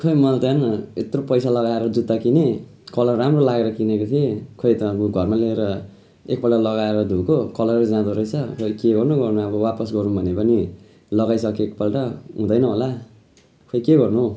खै मैले त हेर न यत्रो पैसा लगाएर जुत्ता किनेँ कलर राम्रो लागेर किनेको थिएँ खै त अब घरमा ल्याएर एकपल्ट लगाएर धोएको कलरै जाँदोरहेछ खै के गर्नु गर्नु अब वापस गरौँ भने पनि लगाइसकेँ एकपल्ट हुँदैन होला खै के गर्नु हो